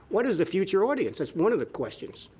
what is the future audience? that's one of the questions.